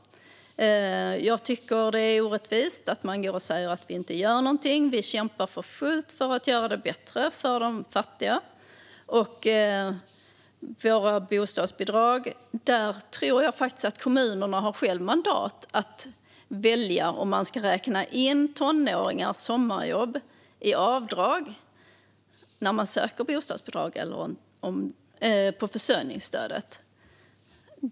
Jag tycker att det är orättvist att säga att vi inte gör någonting. Vi kämpar för fullt för att göra det bättre för de fattiga. När det gäller våra bostadsbidrag tror jag faktiskt att kommunerna själva har mandat att välja om tonåringarnas sommarjobb ska räknas när man söker bostadsbidrag eller försörjningsstödet.